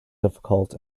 difficult